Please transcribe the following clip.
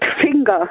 finger